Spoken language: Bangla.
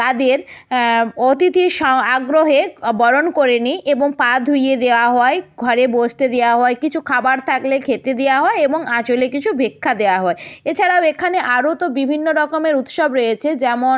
তাদের অতিথি সা আগ্রহে বরণ করে নিই এবং পা ধুইয়ে দেওয়া হয় ঘরে বসতে দেওয়া হয় কিছু খাবার থাকলে খেতে দেয়া হয় এবং আঁচলে কিছু ভিক্ষা দেওয়া হয় এছাড়াও এখানে আরও তো বিভিন্ন রকমের উৎসব রয়েছে যেমন